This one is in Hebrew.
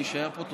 אני אשאר פה.